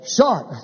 Sharp